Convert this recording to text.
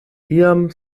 iam